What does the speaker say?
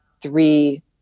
three